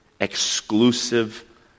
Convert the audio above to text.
exclusive